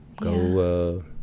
Go